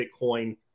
Bitcoin